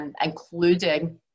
Including